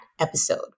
episode